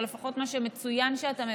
או לפחות מה שמצוין שאתה מבקש,